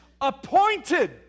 appointed